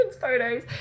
photos